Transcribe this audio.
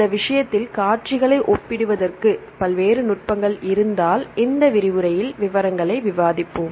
இந்த விஷயத்தில் காட்சிகளை ஒப்பிடுவதற்கு பல்வேறு நுட்பங்கள் இருந்தால் இந்த விரிவுரையில் விவரங்களை விவாதிப்போம்